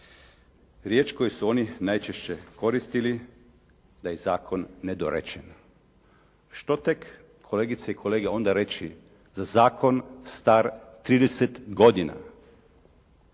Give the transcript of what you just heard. Riječ koju su oni najčešće koristili da je zakon nedorečen. Što tek kolegice i kolege onda reći za zakon star trideset